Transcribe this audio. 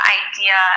idea